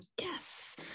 Yes